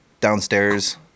downstairs